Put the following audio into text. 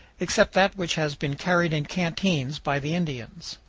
except that which has been carried in canteens by the indians.